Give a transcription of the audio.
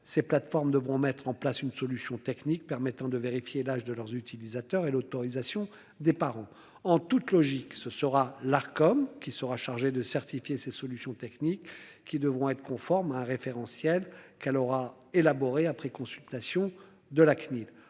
ces plateformes devront mettre en place une solution technique permettant de vérifier l'âge de leurs utilisateurs et l'autorisation des parents. En toute logique, ce sera l'Arcom qui sera chargée de certifier ses solutions techniques qui devront être conformes à un référentiel qu'elle aura élaboré après consultation de la CNIL